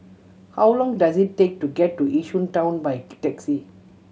how long does it take to get to Yishun Town by taxi